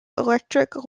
electric